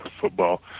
football